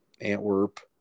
Antwerp